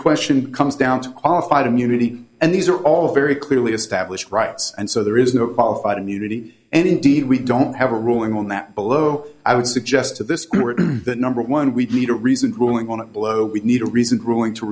question comes down to qualified immunity and these are all very clearly established rights and so there is no qualified immunity and indeed we don't have a ruling on that below i would suggest to this court that number one we need a recent ruling on it below we need a recent ruling to